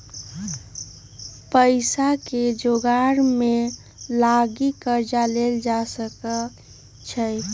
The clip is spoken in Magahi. पइसाके जोगार के लागी कर्जा लेल जा सकइ छै